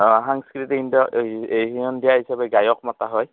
অঁ সাংস্কৃতিক এই এই সন্ধিয়া হিচাপে গায়ক মতা হয়